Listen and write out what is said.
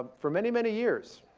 for many, many years,